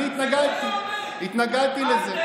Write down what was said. אתם הקמתם אותה.